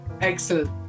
excellent